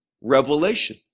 revelation